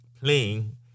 playing